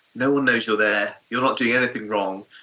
no one knows you're there, you're not doing anything wrong,